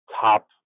top